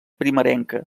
primerenca